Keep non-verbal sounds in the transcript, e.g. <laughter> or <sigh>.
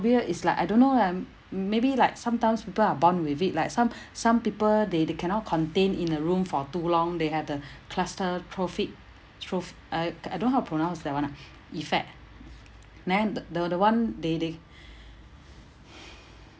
is like I don't know lah maybe like sometimes people are born with it like some <breath> some people they they cannot contain in a room for too long they have the cluster tro~ uh I don't how pronounce that [one] ah <breath> effect then the the [one] they they <breath>